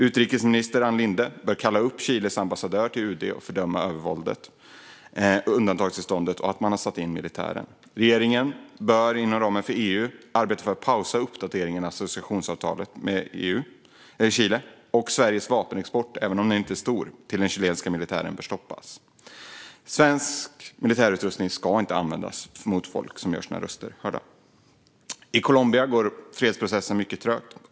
Utrikesminister Ann Linde bör kalla upp Chiles ambassadör till UD och fördöma övervåldet, undantagstillståndet och att man har satt in militären. Regeringen bör inom ramen för EU arbeta för att pausa uppdateringen av associeringsavtalet med Chile. Sveriges vapenexport till den chilenska militären bör stoppas, även om den inte är så stor. Svensk militärutrustning ska inte användas mot folk som gör sina röster hörda. I Colombia går fredsprocessen mycket trögt.